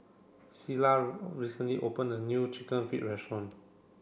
Sheilah recently opened a new Chicken Feet Restaurant